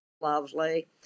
lovely